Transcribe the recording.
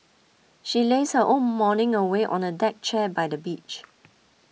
she lazed her whole morning away on a deck chair by the beach